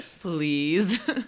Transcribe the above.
Please